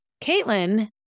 Caitlin